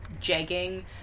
jegging